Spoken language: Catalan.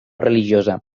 religiosa